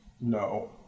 No